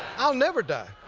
i'll never die.